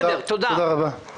תודה רבה.